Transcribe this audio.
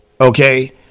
okay